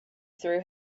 threw